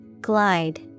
Glide